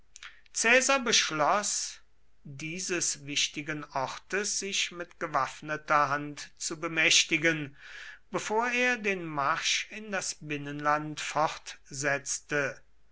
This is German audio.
caesar beschloß dieses wichtigen ortes sich mit gewaffneter hand zu bemächtigen bevor er den marsch in das binnenland